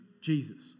Jesus